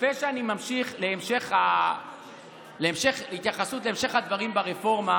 לפני שאני ממשיך להתייחסות להמשך ההתייחסות לדברים ברפורמה,